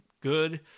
good